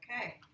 okay